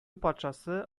патшасы